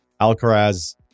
Alcaraz